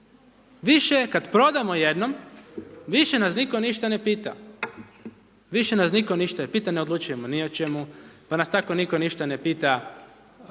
Više je kad prodamo jednom, više nas nitko ništa ne pita, više nas nitko ništa ne pita, ne odlučujemo ni o čemu, pa nas tako nitko ništa ne pita